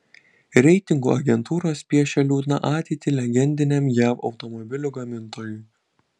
reitingų agentūros piešia liūdną ateitį legendiniam jav automobilių gamintojui